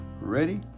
ready